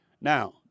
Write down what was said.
Now